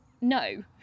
no